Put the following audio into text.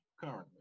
currently